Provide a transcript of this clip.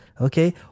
okay